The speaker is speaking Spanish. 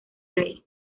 rey